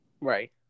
Right